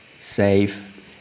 Save